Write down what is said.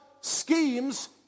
schemes